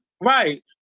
Right